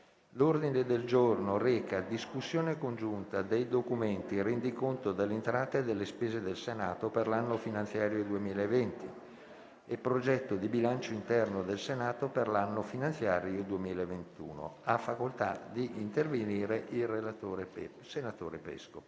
L'ordine del giorno reca la discussione congiunta dei documenti VIII, nn. 7 (rendiconto delle entrate e delle spese del Senato per l'anno finanziario 2020) e 8 (Progetto di bilancio interno del Senato per l'anno finanziario 2021). Il relatore, senatore Pesco,